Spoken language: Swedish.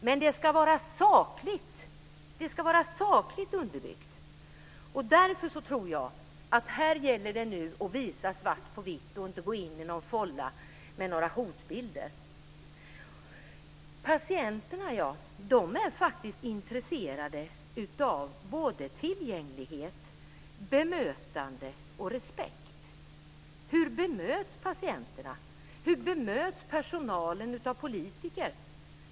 Men det ska vara sakligt underbyggt. Därför gäller det nu att visa svart på vitt och inte gå in i någon fålla med några hotbilder. Patienterna är intresserade av tillgänglighet, bemötande och respekt. Hur bemöts patienterna? Hur bemöts personalen av politiker?